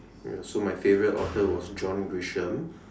ya so my favorite author was John Grisham